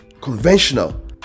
conventional